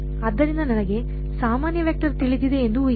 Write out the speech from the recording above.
ಆದ್ದರಿಂದ ನನಗೆ ಸಾಮಾನ್ಯ ವೆಕ್ಟರ್ ತಿಳಿದಿದೆ ಎಂದು ಉಹಿಸಿ